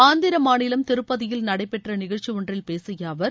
ஆந்திர மாநிலம் திருப்பதியில் நடைபெற்ற நிகழ்ச்சி ஒன்றில் பேசிய அவர்